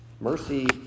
Mercy